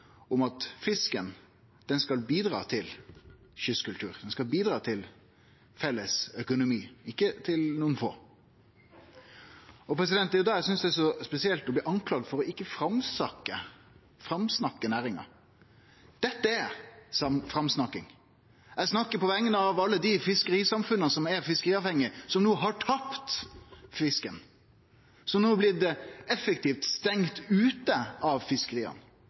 om at fisken skal bidra til kystkultur og felles økonomi – ikkje vere til nokon få. Da synest eg det er spesielt å bli skulda for ikkje å framsnakke næringa. Dette er framsnakking. Eg snakkar på vegner av alle dei fiskerisamfunna som er fiskeriavhengige, som no har tapt fisken, og som no har blitt effektivt stengde ute frå fiskeria.